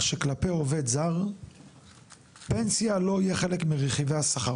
שכלפי עובד זר פנסיה לא יהיה חלק מרכיבי השכר.